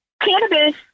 cannabis